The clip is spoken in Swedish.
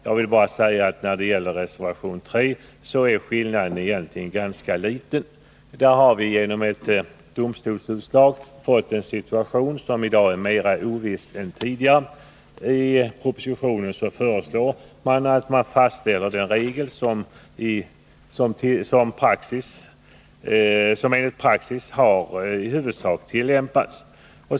Jag vill endast beträffande reservation 3 säga att skillnaden egentligen är ganska liten. Där har vi genom ett domstolsutslag fått en situation som i dag är mer oviss än tidigare. I propositionen föreslås att man fastställer den regel som enligt praxis i huvudsak har tillämpats.